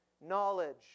knowledge